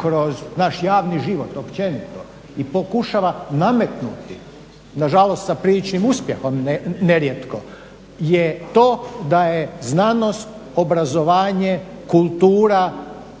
kroz vaš javni život općenito i pokušava nametnuti, nažalost sa priličnim uspjehom nerijetko, je to da je znanost, obrazovanje, kultura